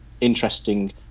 interesting